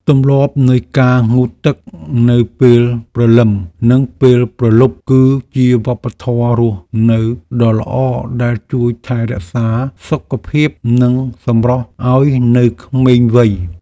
ទម្លាប់នៃការងូតទឹកនៅពេលព្រលឹមនិងពេលព្រលប់គឺជាវប្បធម៌រស់នៅដ៏ល្អដែលជួយថែរក្សាសុខភាពនិងសម្រស់ឱ្យនៅក្មេងវ័យ។